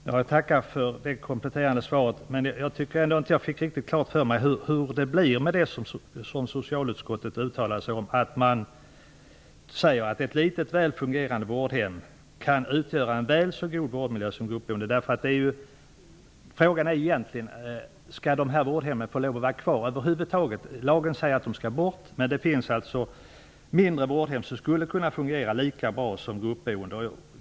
Herr talman! Jag tackar för det kompletterande svaret. Men jag fick ändå inte riktigt klart för mig hur det blir med det som socialutskottet uttalade sig om. Man sade att ett litet väl fungerande vårdhem kan utgöra en väl så god vårdmiljö som ett gruppboende. Frågan är egentligen om dessa vårdhem över huvud taget får lov att vara kvar. Lagen säger att de skall bort, men det finns alltså mindre vårdhem som skulle kunna fungera lika bra som hem för gruppboende.